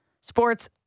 sports